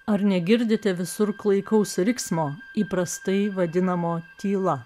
ar negirdite visur klaikaus riksmo įprastai vadinamo tyla